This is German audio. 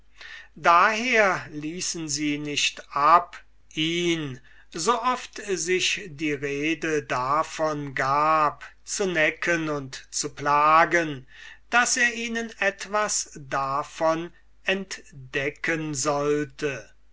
daher ließen sie nicht ab ihn so oft sich die rede davon gab zu necken und zu plagen daß er ihnen etwas davon entdecken sollte